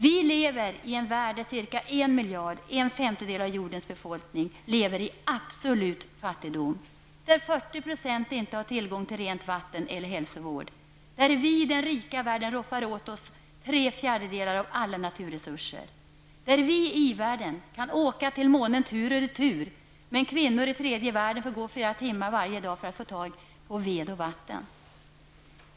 Vi lever i en värld där ca 1 miljard människor -- en femtedel av jordens befolkning -- lever i absolut fattigdom, där 40 % inte har tillgång till rent vatten eller hälsovård, där vi i den rika världen roffar åt oss tre fjärdedelar av alla naturresurser, där vi i ivärlden kan åka till månen tur och retur, men kvinnor i tredje världen får gå flera timmar varje dag för att få tag på ved och vatten.